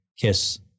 kiss